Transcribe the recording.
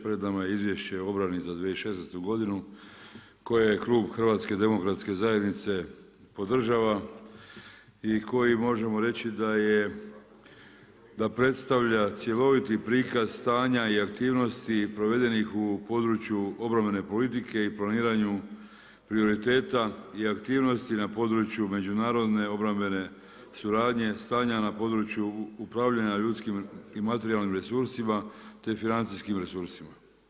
Pred nama je izvješće o obrani za 2016. godinu, koju je Klub HDZ-a podržava i koji možemo reći da je, da predstavlja cjeloviti prikaz stanja i aktivnosti provedenih u području obrambene politike i planiranju prioriteta i aktivnosti na području međunarodne obrambene suradnje, stanja na području upravljanja ljudskim i materijalnim resursima te financijskim resursima.